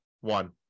one